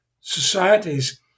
societies